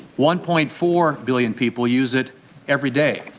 one point four billion people use it every day.